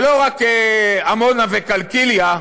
לא רק עמונה וקלקיליה,